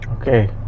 Okay